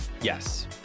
Yes